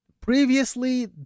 Previously